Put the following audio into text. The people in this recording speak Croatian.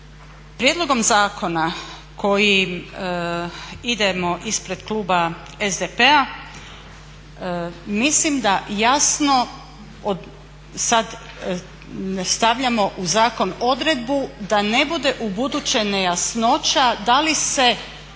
prijedlogom zakona kojim idemo ispred kluba SDP-a mislim da jasno sad stavljamo u zakon odredbu da ne bude ubuduće nejasnoća da li se,